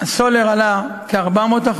הסולר התייקר בכ-400%,